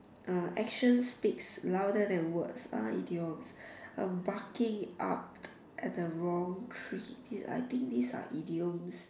uh actions speaks louder than words ah idioms barking up at the wrong tree I think these are idioms